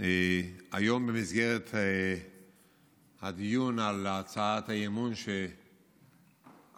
היום במסגרת הדיון על הצעת האי-אמון שכבודך,